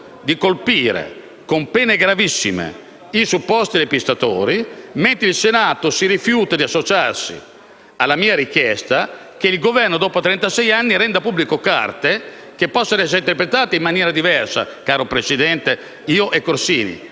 di colpire con pene gravissime i supposti depistatori, mentre il Senato si rifiuta di associarsi alla mia richiesta, affinché il Governo dopo trentasei anni renda pubbliche delle carte, che possono essere interpretate in maniera diversa, caro Presidente - dal